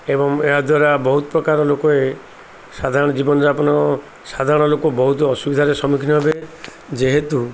ଏବଂ ଏହାଦ୍ୱାରା ବହୁତ ପ୍ରକାର ଲୋକେ ସାଧାରଣ ଜୀବନଯାପନ ସାଧାରଣ ଲୋକ ବହୁତ ଅସୁବିଧାରେ ସମ୍ମୁଖୀନ ହେବେ ଯେହେତୁ